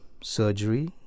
surgery